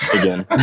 again